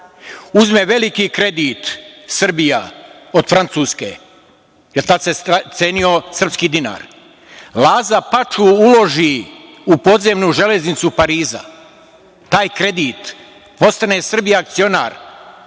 Uzme veliki kredit Srbija od Francuske, jer tad se cenio srpski dinar. Laza Paču uloži u podzemnu železnicu Pariza taj kredit, postane Srbija akcionar.